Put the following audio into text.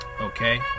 Okay